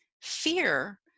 fear